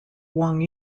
wang